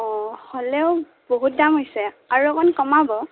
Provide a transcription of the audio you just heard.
অঁ হ'লেও বহুত দাম হৈছে আৰু অকণ কমাব